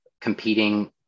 competing